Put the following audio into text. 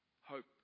hope